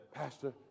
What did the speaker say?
Pastor